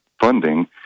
funding